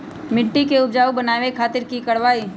मिट्टी के उपजाऊ बनावे खातिर की करवाई?